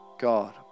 God